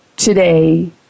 today